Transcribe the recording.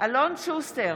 אלון שוסטר,